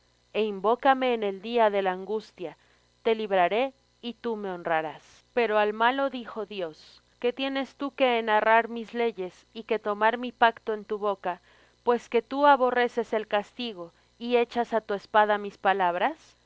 e invócame en el día de la angustia te libraré y tú me honrarás pero al malo dijo dios qué tienes tú que enarrar mis leyes y que tomar mi pacto en tu boca pues que tú aborreces el castigo y echas á tu espalda mis palabras